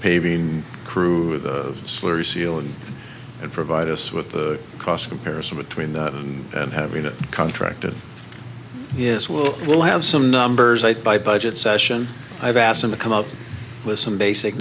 paving crew the slurry ceiling and provide us with the cost comparison between that and having it contracted yes we will have some numbers i buy budget session i've asked them to come up with some basic